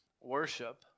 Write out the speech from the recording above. worship